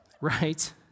Right